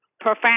profound